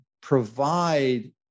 provide